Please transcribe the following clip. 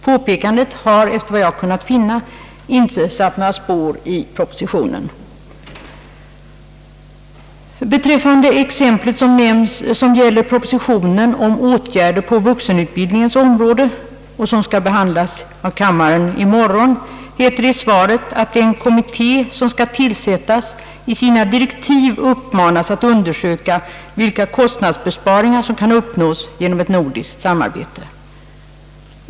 Påpekandet har efter vad jag har kunnat finna inte satt några spår i propositionen. Beträffande exemplet som gäller propositionen om åtgärder på vuxenutbildningens område och som skall behandlas av kammaren i morgon heter det i svaret att den kommitté som skall tillsättas i sina direktiv uppmanas att undersöka vilka kostnadsbesparingar som kan uppnås genom ett nordiskt samarbete.